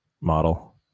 model